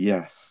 Yes